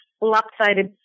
lopsided